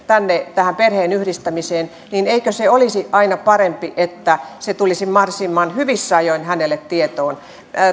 tänne tähän perheenyhdistämiseen niin eikö se olisi aina parempi että se tulisi mahdollisimman hyvissä ajoin hänelle tietoon